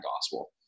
gospel